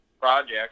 projects